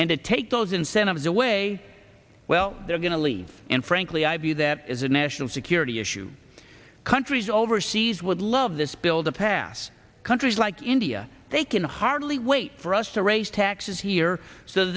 and to take those incentives away well they're going to leave and frankly i view that as a national security issue countries overseas would love this bill to pass countries like india they can hardly wait for us to raise taxes here so